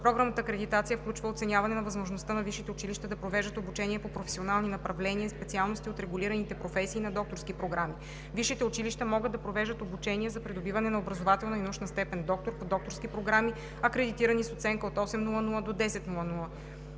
Програмната акредитация включва оценяване на възможността на висшите училища да провеждат обучение по професионални направления/специалности от регулираните професии и на докторски програми. Висшите училища могат да провеждат обучение за придобиване на образователна и научна степен „доктор“ по докторски програми, акредитирани с оценка от 8,00 до 10,00.“